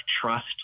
trust